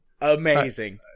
amazing